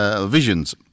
visions